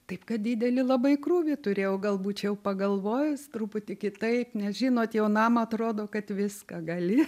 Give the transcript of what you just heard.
taip kad didelį labai krūvį turėjau gal būčiau pagalvojus truputį kitaip nes žinot jaunam atrodo kad viską gali